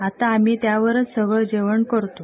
आता आम्ही त्यावरच सगळं जेवण करतो